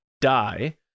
die